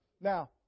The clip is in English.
Now